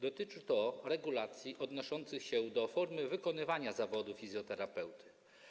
Dotyczy to regulacji odnoszących się do formy wykonywania zawodu fizjoterapeuty.